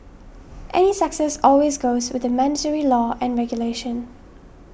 any success always goes with the mandatory law and regulation